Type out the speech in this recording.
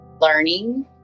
learning